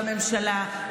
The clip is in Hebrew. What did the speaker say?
בממשלה,